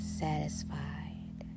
satisfied